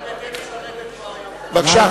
בבקשה.